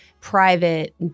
private